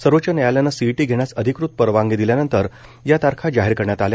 सर्वोच्च न्यायालयानं सीईटी घेण्यास अधिकृत परवानगी दिल्यानंतर या तारखा जाहीर करण्यात आल्या